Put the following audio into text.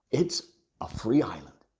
it's a free island!